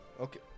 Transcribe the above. Okay